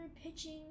pitching